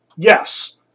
Yes